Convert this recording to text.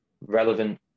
relevant